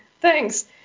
Thanks